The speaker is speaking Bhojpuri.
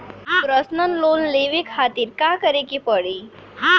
परसनल लोन लेवे खातिर का करे के पड़ी?